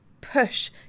push